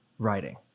writing